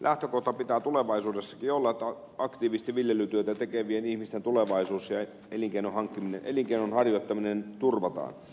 lähtökohta pitää tulevaisuudessakin olla että aktiivisesti viljelytyötä tekevien ihmisten tulevaisuus ja elinkeinon harjoittaminen turvataan